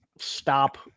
stop